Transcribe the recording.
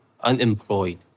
unemployed